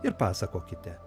ir pasakokite